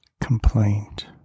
complaint